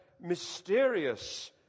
mysterious